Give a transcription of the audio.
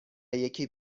یکی